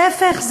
להפך,